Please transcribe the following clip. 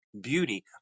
Beauty